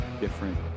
different